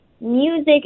music